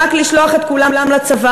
רק לשלוח את כולם לצבא.